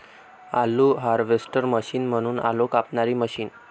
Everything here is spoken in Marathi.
आलू हार्वेस्टर मशीन म्हणजे आलू कापणारी मशीन